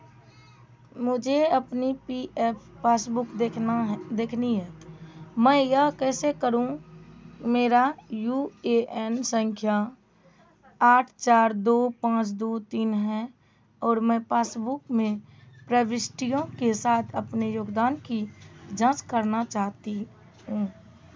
मुझे अपनी P F passbook देखना देखनी है मैं यह कैसे करूँ मेरा यू ए एन संख्या आठ चार दो पाँच दो तीन है और मैं पासबुक में प्रविष्टियों के साथ अपने योगदान की जाँच करना चाहती हूँ